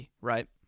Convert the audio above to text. right